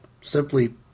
simply